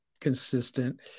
consistent